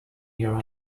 your